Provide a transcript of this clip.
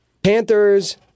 Panthers